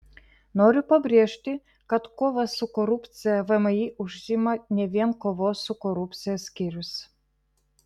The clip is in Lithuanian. noriu pabrėžti kad kova su korupcija vmi užsiima ne vien kovos su korupcija skyrius